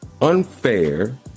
unfair